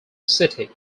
city